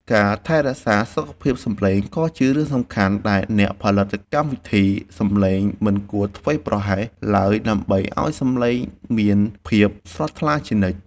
ការថែរក្សាសុខភាពសំឡេងក៏ជារឿងសំខាន់ដែលអ្នកផលិតកម្មវិធីសំឡេងមិនគួរធ្វេសប្រហែសឡើយដើម្បីឱ្យសំឡេងមានភាពស្រស់ថ្លាជានិច្ច។